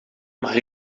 maar